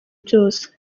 byose